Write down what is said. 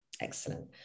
Excellent